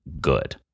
good